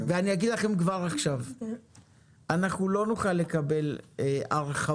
אני אומר לכם כבר עכשיו שלא נוכל לקבל הרחבות